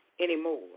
anymore